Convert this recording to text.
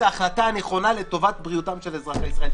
ההחלטה הנכונה לטובת בריאותם של אזרחי ישראל.